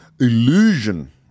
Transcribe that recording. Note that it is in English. illusion